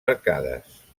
arcades